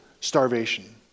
starvation